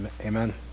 amen